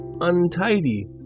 untidy